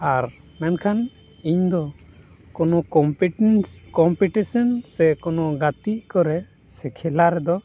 ᱟᱨ ᱢᱮᱱᱠᱷᱟᱱ ᱤᱧ ᱫᱚ ᱠᱳᱱᱳ ᱠᱚᱢ ᱯᱤᱴᱤᱱᱥ ᱠᱳᱢᱯᱤᱴᱤᱥᱮᱱ ᱥᱮ ᱠᱳᱱᱳ ᱜᱟᱹᱛᱤᱜ ᱠᱚᱨᱮ ᱥᱮ ᱠᱷᱮᱞᱟ ᱨᱮᱫᱚ